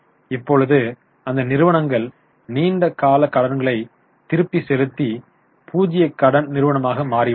இப்பொழுது அந்த நிறுவனங்கள் நீண்ட கால கடன்களை திருப்பிச் செலுத்தி பூஜ்ஜிய கடன் நிறுவனமாக மாறிவிட்டன